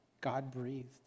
God-breathed